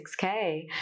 6k